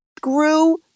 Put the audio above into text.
Screw